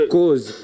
Cause